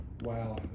Wow